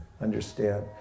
understand